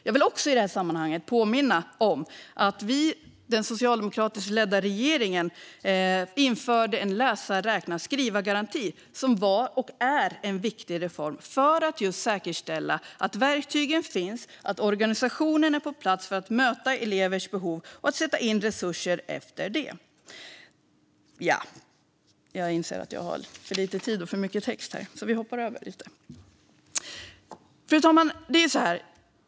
Jag vill i detta sammanhang också påminna om att den socialdemokratiskt ledda regeringen införde en läsa-skriva-räkna-garanti, som var och är en viktig reform för att just säkerställa att verktygen finns, att organisationen är på plats för att möta elevers behov och att sätta in resurser utifrån det. Fru talman!